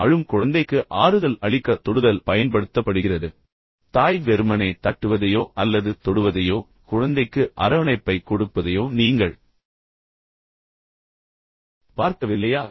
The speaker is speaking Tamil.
அழும் குழந்தைக்கு ஆறுதல் அளிக்க தொடுதல் பயன்படுத்தப்படுகிறது தாய் வெறுமனே தட்டுவதையோ அல்லது தொடுவதையோ பின்னர் குழந்தைக்கு அரவணைப்பைக் கொடுப்பதையோ நீங்கள் பார்க்கவில்லையா